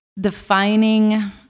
defining